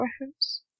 reference